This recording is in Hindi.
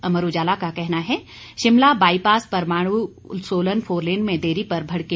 अमर उजाला का कहना है शिमला बाईपास परमाणु सोलन फोरलेन में देरी पर भड़के गडकरी